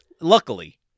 luckily